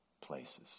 places